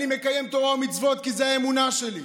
אני מקיים תורה ומצוות כי זו האמונה שלי,